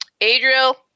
Adriel